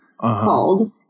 called